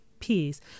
peace